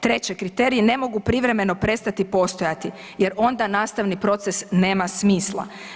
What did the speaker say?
Treće, kriteriji ne mogu privremeno prestati postojati jer onda nastavni proces nema snima.